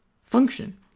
function